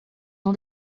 não